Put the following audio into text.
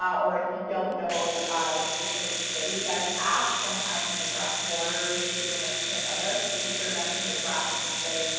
or if you don't know the specific city that it's at, sometimes an address borders the city limits to another. you can sort of enter an address and just say,